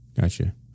Gotcha